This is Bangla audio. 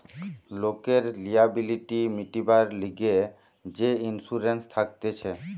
লোকের লিয়াবিলিটি মিটিবার লিগে যে ইন্সুরেন্স থাকতিছে